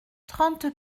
trente